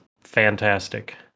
fantastic